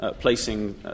placing